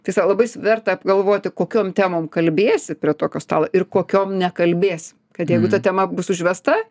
tiesa labai sverta apgalvoti kokiom temom kalbėsi prie tokio stalo ir kokiom nekalbėsi kad jeigu ta tema bus užvesta